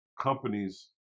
companies